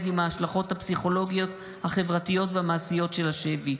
עם ההשלכות הפסיכולוגיות החברתיות והמעשיות של השבי.